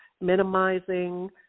minimizing